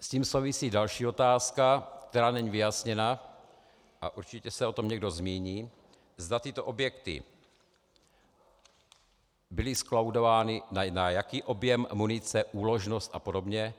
S tím souvisí další otázka, která není vyjasněna, a určitě se o tom někdo zmíní, zda tyto objekty byly zkolaudovány, na jaký objem munice, úložnost apod.